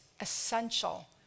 essential